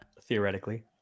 Theoretically